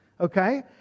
Okay